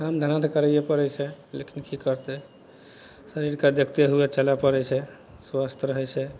काम धाम तऽ करैये पड़य छै लेकिन की करतय शरीरके देखते हुए चलय पड़य छै स्वस्थ रहय छै